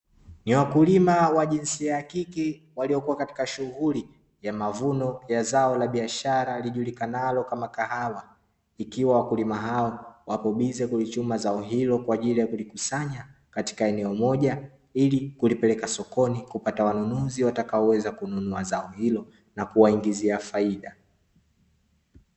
Ni wakulima wa jinsia ya kike waliokuwa katika shughuli ya mavuno ya zao la biashara lijulikanalo kama kahawa, ikiwa wakulima hao wako wanashughulika kuchuma zao hilo kwa ajili ya kukusanya katika eneo moja, ili kupeleka sokoni na kupata wanunuzi ambao watanunua zao hilo na kuwaongezea faida.